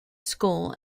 school